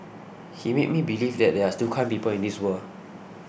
he made me believe that there are still kind people in this world